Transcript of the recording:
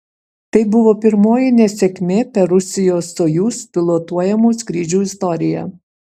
tai buvo pirmoji nesėkmė per rusijos sojuz pilotuojamų skrydžių istoriją